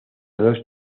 dos